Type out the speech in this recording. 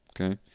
Okay